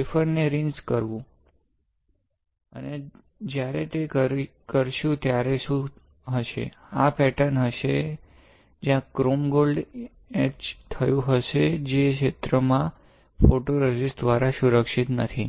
wafer ને rinse કરવુ અને જ્યારે તે કરશુ ત્યારે શું હશે આ પેટર્ન હશે જ્યાં ક્રોમ ગોલ્ડ ઇચ થયું હતું જે ક્ષેત્રમાં ફોટોરેઝિસ્ટ દ્વારા સુરક્ષિત નથી